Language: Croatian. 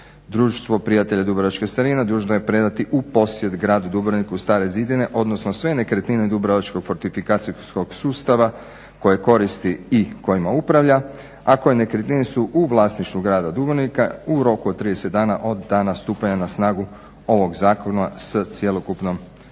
Društvo prijatelja dubrovačke starine dužno je predati u posjed gradu Dubrovniku stare zidine, odnosno sve nekretnine dubrovačkog fortifikacijskog sustava koje koristi i kojima upravlja, a koje nekretnine su u vlasništvu grada Dubrovnika u roku od 30 dana od dana stupanja na snagu ovog zakona s cjelokupnom dokumentacijom.